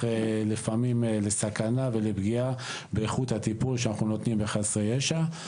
לפעמים לסכנה ולפגיעה באיכות הטיפול שאנחנו נותנים לחסרי ישע.